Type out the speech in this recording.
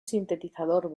sintetizador